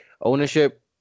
Ownership